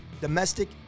domestic